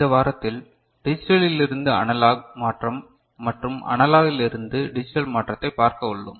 இந்த வாரத்தில் டிஜிட்டலில் இருந்து அனலாக் மாற்றம் மற்றும் அனலாகிலிருந்து டிஜிட்டல் மாற்றத்தை பார்க்க உள்ளோம்